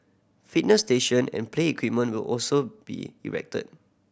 fitness station and play equipment will also be erected